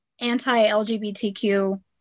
anti-LGBTQ